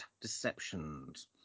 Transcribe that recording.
deceptions